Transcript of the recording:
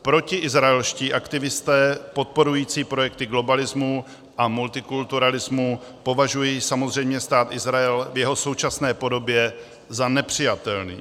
Protiizraelští aktivisté podporující projekty globalismu a multikulturalismu považují samozřejmě Stát Izrael v jeho současné podobě za nepřijatelný.